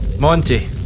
Monty